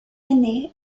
année